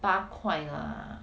八块 lah